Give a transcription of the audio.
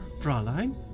Fraulein